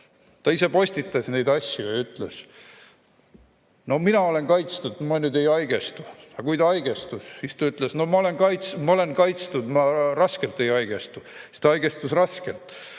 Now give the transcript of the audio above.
Ta ise postitas neid asju ja ütles, et no mina olen kaitstud ja ei haigestu. Aga kui ta haigestus, siis ütles, et ma olen kaitstud ja ma raskelt ei haigestu. Aga ta haigestus raskelt.